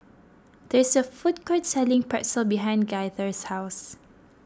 there is a food court selling Pretzel behind Gaither's house